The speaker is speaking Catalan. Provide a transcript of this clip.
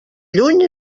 lluny